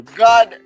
god